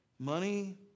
Money